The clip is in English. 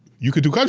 you could do kind of